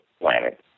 planet